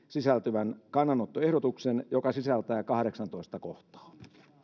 sisältyvän kannanottoehdotuksen joka sisältää kahdeksastoista kohtaa